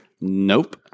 Nope